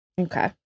Okay